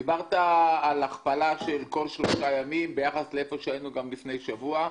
דיברת על הכפלה של כל שלושה ימים ביחס לאיפה שהיינו לפני שבוע,